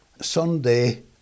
Sunday